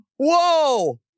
Whoa